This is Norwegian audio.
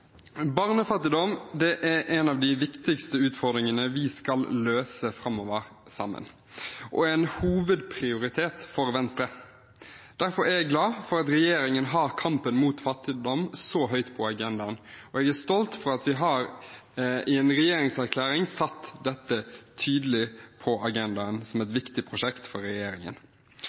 en hovedprioritet for Venstre. Derfor er jeg glad for at regjeringen har kampen mot fattigdom så høyt oppe på agendaen. Jeg er stolt over at vi i en regjeringserklæring har satt dette tydelig på agendaen – som et viktig prosjekt for regjeringen.